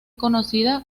conocida